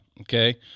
okay